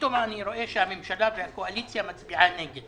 פתאום אני רואה שהממשלה והקואליציה מצביעה נגד